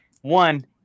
one